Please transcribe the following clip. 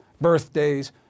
birthdays